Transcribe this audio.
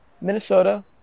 Minnesota